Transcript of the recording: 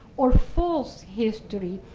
or false history,